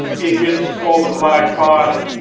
and it gets called a blackbody.